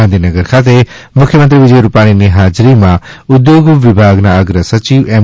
ગાંધીનગર ખાતે મુખ્યમંત્રી વિજય રૂપાણી ની હાજરી માં ઉદ્યોગ વિભાગના અગ્ર સચિવ એમ